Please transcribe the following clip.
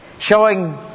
Showing